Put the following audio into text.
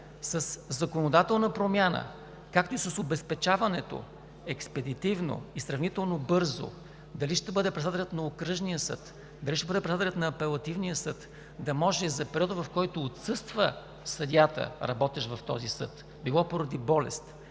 Със законодателна промяна, както и с обезпечаването експедитивно и сравнително бързо – дали ще бъде председателят на Окръжния съд, дали ще бъде председателят на Апелативния съд, да може за периода, в който отсъства съдията, работещ в този съд – било поради болест,